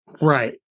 Right